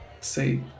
say